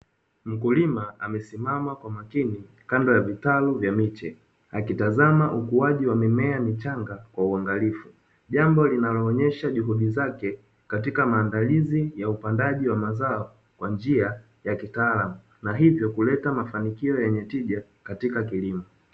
Mkulima amesimama kwa makini kando ya vitalu vya miche, akitazama ukuaji wa mimea michanga kwa uangalifu. Jambo linaloonyesha juhudi zake katika maandalizi ya upandaji wa mazao kwa njia ya kitaalamu na hivyo kuleta mafanikio yenye tija katika kilimo.